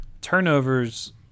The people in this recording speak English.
turnovers